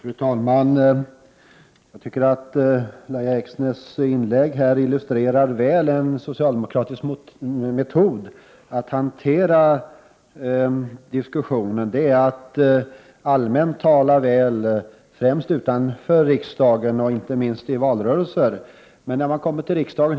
Fru talman! Jag tycker att Lahja Exners inlägg här väl illustrerar en socialdemokratisk metod att hantera diskussionen. Det är att allmänt tala väl om olika förslag, främst utanför riksdagen och inte minst i valrörelser, men gå emot dem när man kommer till riksdagen.